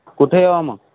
कुठे यावं मग